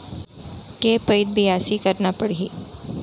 के पइत बियासी करना परहि?